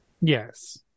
Yes